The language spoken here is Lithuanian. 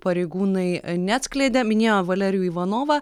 pareigūnai neatskleidė minėjo valerijų ivanovą